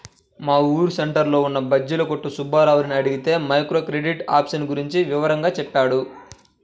మా ఊరు సెంటర్లో ఉన్న బజ్జీల కొట్టు సుబ్బారావుని అడిగితే మైక్రో క్రెడిట్ ఆప్షన్ గురించి వివరంగా చెప్పాడు